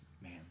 man